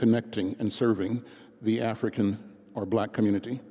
connecting and serving the african or black community